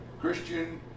Christian